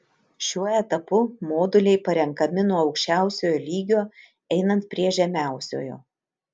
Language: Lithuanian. šiuo etapu moduliai parenkami nuo aukščiausiojo lygio einant prie žemiausiojo